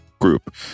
group